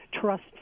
trust